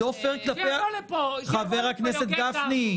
שיבוא לפה יוגב גרדוס --- חבר הכנסת גפני,